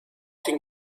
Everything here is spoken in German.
den